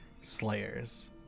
slayers